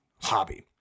hobby